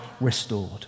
restored